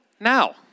Now